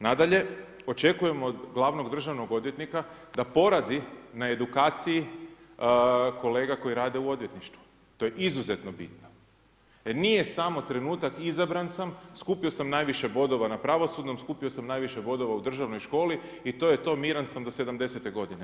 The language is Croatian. Nadalje, očekujem od glavnog državnog odvjetnika da poradi na edukaciji kolega koje rade u odvjetništvu, to je izuzetno bitno jer nije samo trenutak izabran sam, skupio sam najviše bodova na pravosudnom, skupio sam najviše bodova u državnoj školi i to je to, miran sam do 70. godine.